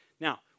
now